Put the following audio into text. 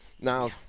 Now